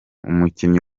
umukinnyi